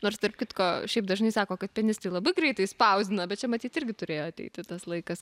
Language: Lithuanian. nors tarp kitko šiaip dažnai sako kad pianistai labai greitai spausdina bet čia matyt irgi turėjo ateiti tas laikas